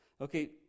Okay